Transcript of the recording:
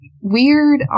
weird